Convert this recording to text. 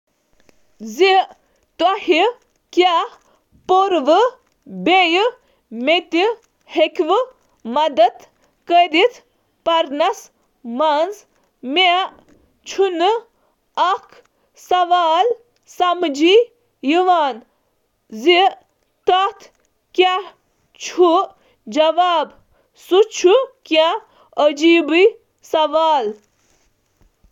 تۄہہِ کیٛاہ چھُو کوٚرمُت۔ کیا تُہۍ ہیٚکوا مطالعس منٛز مدد کٔرِتھ۔ مےٚ چھَنہٕ سوالن مُتلِق کینٛہہ تہِ پتہ۔